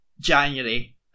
January